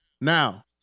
Now